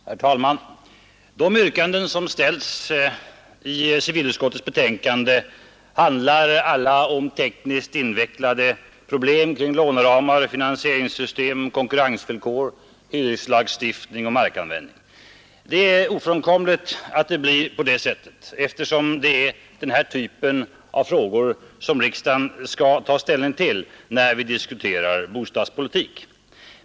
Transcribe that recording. Herr talman! De yrkanden som ställts i civilutskottets betänkande handlar alla om tekniskt invecklade problem kring låneramar, finansieringssystem, konkurrensvillkor, hyreslagstiftning och markanvändning. Det är ofrånkomligt att det blir på det sättet, eftersom det är denna typ av frågor som riksdagen skall ta ställning till när vi diskuterar bostadspolitik.